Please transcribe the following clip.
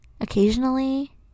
occasionally